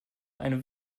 eine